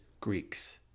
Greeks